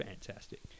fantastic